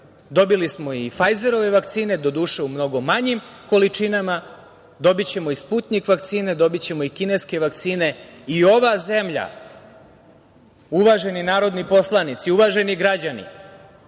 dobili smo i Fajzerove vakcine, doduše u mnogo manjim količinama, dobićemo i Sputnjik vakcine, dobićemo i kineske vakcine i ova zemlja, uvaženi narodni poslanici, uvaženi građani,